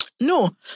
No